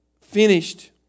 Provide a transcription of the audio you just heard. finished